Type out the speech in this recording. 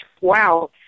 wow